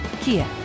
Kia